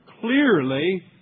clearly